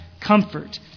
Comfort